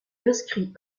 inscrit